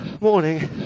Morning